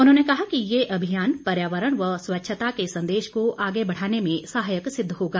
उन्होंने कहा कि ये अभियान पर्यावरण व स्वच्छता के संदेश को आगे बढ़ाने में सहायक सिद्ध होगा